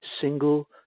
single